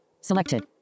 Selected